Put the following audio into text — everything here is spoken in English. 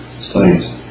Studies